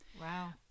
Wow